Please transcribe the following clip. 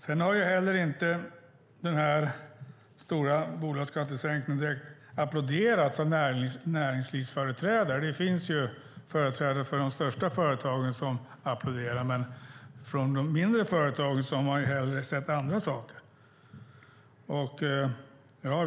Den föreslagna stora bolagsskattesänkningen har inte direkt applåderats av näringslivsföreträdare. Det finns företrädare för de största företagen som applåderar. Men från de mindre företagen hade man hellre sett andra saker.